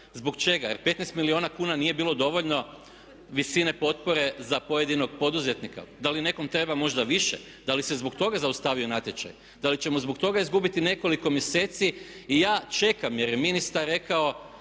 Zbog čega? Jer 15 milijuna kuna nije bilo dovoljno visine potpore za pojedinog poduzetnika? Da li nekom treba možda više? Da li se zbog toga zaustavio natječaj, da li ćemo zbog toga izgubiti nekoliko mjeseci i ja čekam jer je ministar rekao